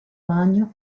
magno